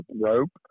rope